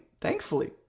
thankfully